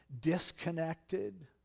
disconnected